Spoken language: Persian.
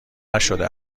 نشده